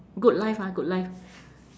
good life ah good life